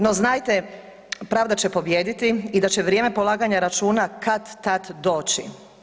No znate, pravda će pobijediti i da će vrijeme polaganja računa kad-tad doći.